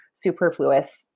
superfluous